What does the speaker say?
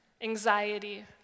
anxiety